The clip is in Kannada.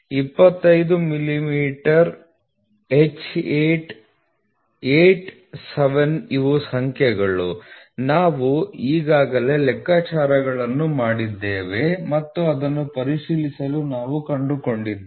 25 ಮಿಲಿಮೀಟರ್ H 8 8 7 ಇವು ಸಂಖ್ಯೆಗಳು ನಾವು ಈಗಾಗಲೇ ಲೆಕ್ಕಾಚಾರಗಳನ್ನು ಮಾಡಿದ್ದೇವೆ ಮತ್ತು ಅದನ್ನು ಪರಿಶೀಲಿಸಲು ನಾವು ಕಂಡುಕೊಂಡಿದ್ದೇವೆ